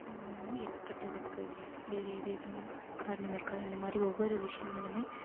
ஏற்பட்டதுக்கு வேறே ஏதேனும் காரணம் இருக்கா இந்த மாதிரி ஒவ்வொரு விஷயங்களுமே